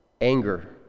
Anger